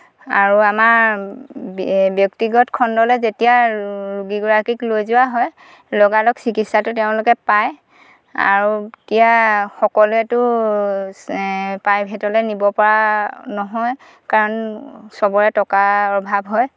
আৰু আমাৰ ব্যক্তিগত খণ্ডলৈ যেতিয়া ৰোগীগৰাকীক লৈ যোৱা হয় লগালগ চিকিৎসাটো তেওঁলোকে পায় আৰু এতিয়া সকলোৱেতো প্ৰাইভেটলৈ নিবপৰা নহয় কাৰণ চবৰে টকাৰ অভাৱ হয়